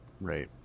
Right